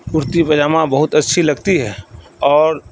کرتی پیجامہ بہت اچھی لگتی ہے اور